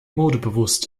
modebewusst